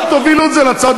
תוריד את החוק,